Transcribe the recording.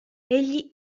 egli